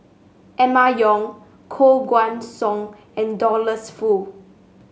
Emma Yong Koh Guan Song and Douglas Foo